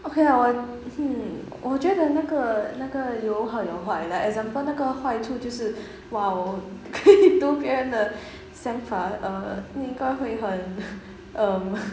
okay ah wo~ hmm 我觉得那个那个有好有坏 like example 那个坏处就是 while 可以读别人的想法 uh 应该会很 um